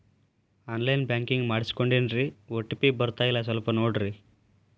on line banking ಮಾಡಿಸ್ಕೊಂಡೇನ್ರಿ OTP ಬರ್ತಾಯಿಲ್ಲ ಸ್ವಲ್ಪ ನೋಡ್ರಿ